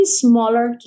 smaller